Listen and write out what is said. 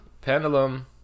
Pendulum